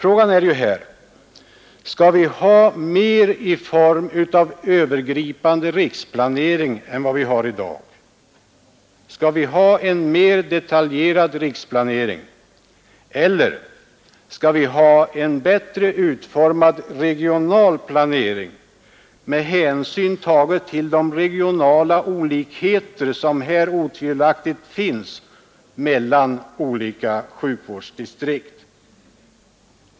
Då är frågan om vi skall ha en mera övergripande riksplanering än vi har i dag. Skall vi ha en mera detaljerad riksplanering, eller skall vi ha en bättre utformad regionalplanering med hänsyn tagen till de regionala olikheter som otvivelaktigt finns mellan olika sjukvårdsdistrikt?